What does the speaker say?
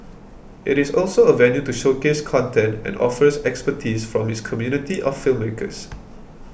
it is also a venue to showcase content and offers expertise from its community of filmmakers